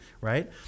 Right